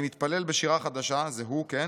אני מתפלל ב'שירה חדשה'" זה הוא, כן?